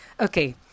Okay